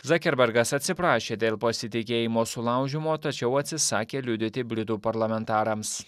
zakerbergas atsiprašė dėl pasitikėjimo sulaužymo tačiau atsisakė liudyti britų parlamentarams